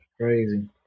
Crazy